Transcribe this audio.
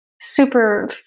super